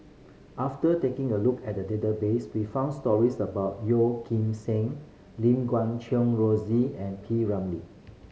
after taking a look at the database we found stories about Yeoh Ghim Seng Lim Guat Kheng Rosie and P Ramlee